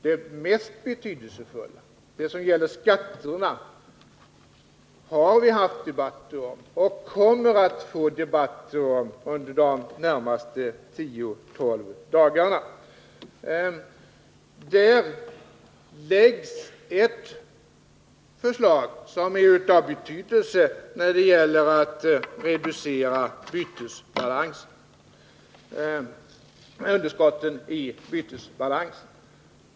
Det mest betydelsefulla — det gäller skatterna — har vi haft debatter om och kommer att få debatter om under de närmaste tio tolv dagarna. Här framläggs ett förslag som blir av betydelse när det gäller att reducera underskottet i bytesbalansen.